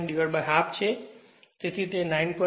049half છે તેથી તે 9